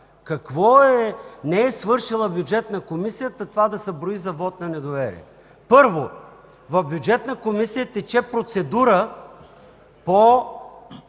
Какво не е свършила Бюджетната комисия, че това да се брои за вот на недоверие? Първо, в Бюджетната комисия тече процедура по